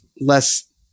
less